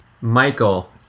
Michael